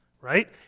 right